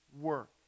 work